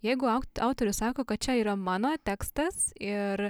jeigu augt autorius sako kad čia yra mano tekstas ir